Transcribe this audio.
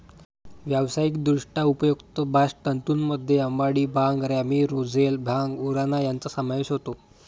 व्यावसायिकदृष्ट्या उपयुक्त बास्ट तंतूंमध्ये अंबाडी, भांग, रॅमी, रोझेल, भांग, उराणा यांचा समावेश होतो